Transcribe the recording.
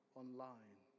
online